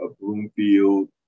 Bloomfield